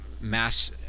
mass